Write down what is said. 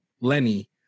Lenny